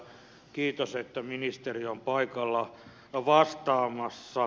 kiitos että ministeri on paikalla vastaamassa